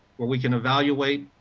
when we can evaluate,